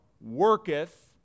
worketh